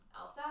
Elsa